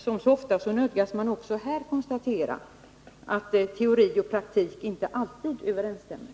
Som så ofta nödgas man även nu konstatera att teori och praktik inte alltid överensstämmer.